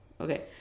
okay